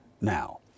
now